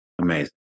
Amazing